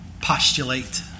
postulate